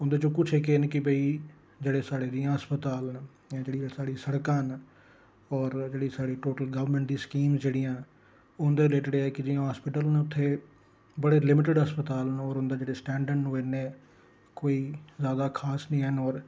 ओह्दे चा कुछ इक इह् न कि जियां साड़े हस्पताल न जेह्ड़ियां साड़ी सड़कां न होर जेह्ड़ियां साड़ी गोरमैंट दी टोटल स्कीम जेह्ड़ियां न हुंदे रिलेटड ऐ कि जेह्ड़े हासपिटल न बड़े लिमिटड अस्पताल न होर हुंदे जेह्ड़े स्टैंड़र्ड़स न इन्ने जैदा कोई खास नीं हैन